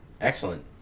excellent